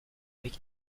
avec